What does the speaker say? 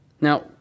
Now